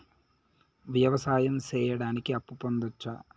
వ్యవసాయం సేయడానికి అప్పు పొందొచ్చా?